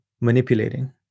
manipulating